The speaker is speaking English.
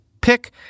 pick